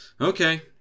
okay